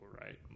right